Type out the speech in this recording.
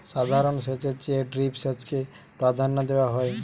সাধারণ সেচের চেয়ে ড্রিপ সেচকে প্রাধান্য দেওয়া হয়